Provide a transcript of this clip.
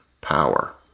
power